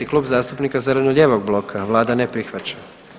Klub zastupnika zeleno-lijevog bloka, vlada ne prihvaća.